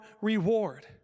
reward